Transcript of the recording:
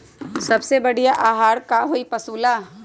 सबसे बढ़िया आहार का होई पशु ला?